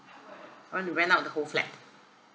I want to rent out the whole flat